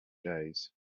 days